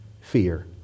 fear